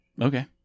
Okay